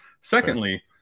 Secondly